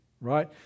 right